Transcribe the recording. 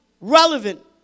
relevant